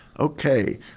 Okay